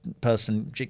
person